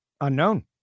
Unknown